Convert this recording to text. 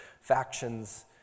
factions